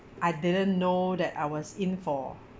I didn't know that I was in for